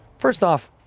first off,